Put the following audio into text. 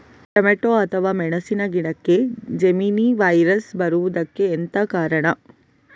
Tomato ಅಥವಾ ಮೆಣಸಿನ ಗಿಡಕ್ಕೆ ಜೆಮಿನಿ ವೈರಸ್ ಬರುವುದಕ್ಕೆ ಎಂತ ಕಾರಣ?